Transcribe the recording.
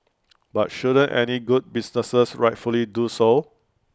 but shouldn't any good businesses rightfully do so